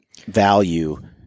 value